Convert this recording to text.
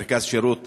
מרכז שירות